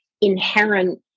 inherent